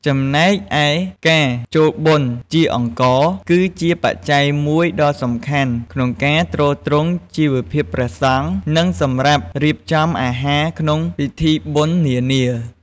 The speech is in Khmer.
ចំណែកឯ ការចូលបុណ្យជាអង្ករ គឺជាបច្ច័យមួយដ៏សំខាន់ក្នុងការទ្រទ្រង់ជីវភាពព្រះសង្ឃ និងសម្រាប់រៀបចំអាហារក្នុងពិធីបុណ្យនានា។